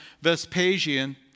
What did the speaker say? Vespasian